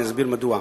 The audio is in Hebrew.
אני אסביר מדוע.